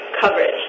coverage